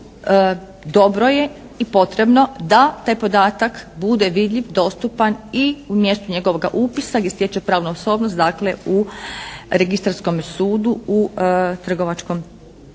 dobro je i potrebno da taj podatak bude vidljiv, dostupan i u mjestu njegova upisa gdje steče pravnu osobnost, dakle u registarskom sudu u trgovačkom